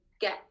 get